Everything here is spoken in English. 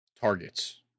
targets